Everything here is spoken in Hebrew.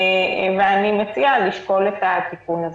ואני מאמינה שזו הכוונה, צריך להסדיר את זה מראש.